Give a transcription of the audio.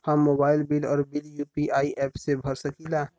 हम mobile bill और bill UPI app से भर सकिला